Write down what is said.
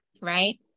right